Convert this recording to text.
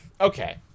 okay